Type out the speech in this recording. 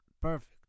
perfect